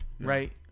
right